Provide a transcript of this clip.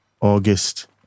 August